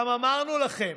גם אמרנו לכם: